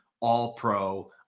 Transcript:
all-pro